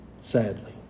Sadly